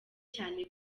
cyane